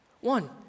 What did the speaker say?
One